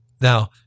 Now